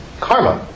karma